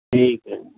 ٹھیک ہے